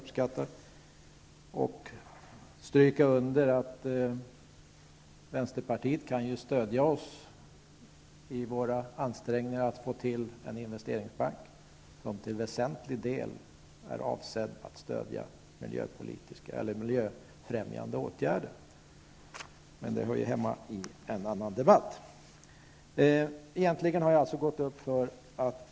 Jag vill stryka under att vänsterpartiet kan stödja oss i våra ansträngningar att få till stånd en investeringsbank som till väsentlig del är avsedd att stödja miljöfrämjande åtgärder. Men det hör ju hemma i en annan debatt. Herr talman!